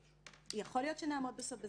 יכול להיות שנעמוד בסוף בזמנים,